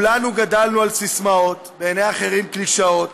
כולנו גדלנו על סיסמאות, בעיני אחרים קלישאות,